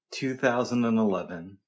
2011